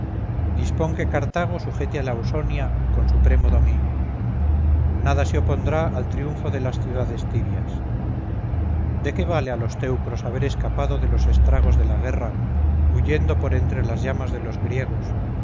dispón que cartago sujete a la ausonia con supremo dominio nada se opondrá al triunfo de las ciudades tirias de qué vale a los teucros haber escapado de los estragos de la guerra huyendo por entre las llamas de los griegos